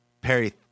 Perry